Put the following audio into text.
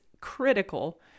critical